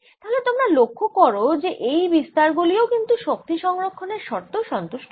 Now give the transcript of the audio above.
তাহলে তোমরা লক্ষ্য করো যে এই বিস্তার গুলিও কিন্তু শক্তি সংরক্ষনের শর্ত সন্তুষ্ট করে